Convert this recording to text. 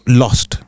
lost